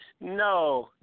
no